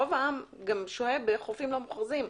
רוב העם גם שוהה בחופים לא מוכרזים.